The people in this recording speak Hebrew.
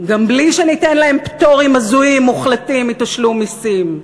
גם בלי שניתן להם פטורים הזויים מוחלטים מתשלום מסים.